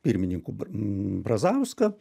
pirmininku b m brazauską